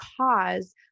cause